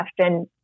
question